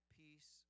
peace